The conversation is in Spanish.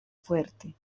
fuerte